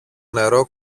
νερό